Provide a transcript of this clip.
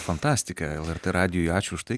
fantastika lrt radijui ačiū už tai